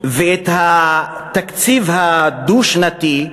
ואת התקציב הדו-שנתי,